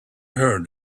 heard